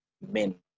men